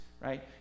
right